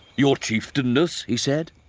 your chieftain-ness, he said